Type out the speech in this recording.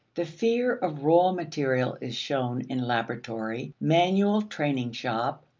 the fear of raw material is shown in laboratory, manual training shop,